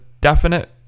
definite